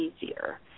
easier